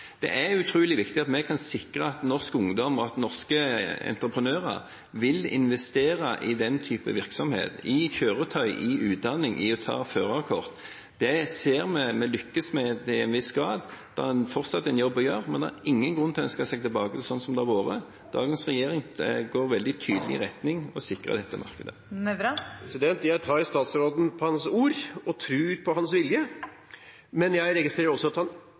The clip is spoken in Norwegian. Det er utrolig viktig at vi kan sikre at norsk ungdom og norske entreprenører vil investere i den type virksomhet, i kjøretøy, i utdanning, i å ta førerkort – det ser vi at vi lykkes med til en viss grad. Det er fortsatt en jobb å gjøre, men det er ingen grunn til å ønske seg tilbake til sånn som det har vært. Dagens regjering går veldig tydelig i retning av å sikre dette markedet. Det blir oppfølgingsspørsmål – først Arne Nævra. Jeg tar statsråden på hans ord og tror på hans vilje. Men